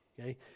okay